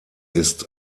ist